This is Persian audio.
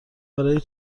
برای